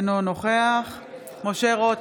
אינו נוכח משה רוט,